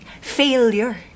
Failure